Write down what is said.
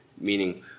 meaning